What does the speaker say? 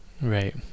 Right